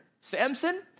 Samson